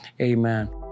amen